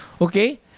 Okay